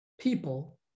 people